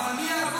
אבל מי העקום?